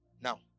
Now